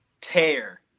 tear